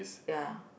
ya